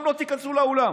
גם לא תיכנסו לאולם,